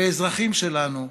באזרחים שלנו,